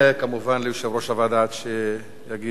ליושב-ראש הוועדה עד שיגיע למקומו.